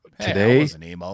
today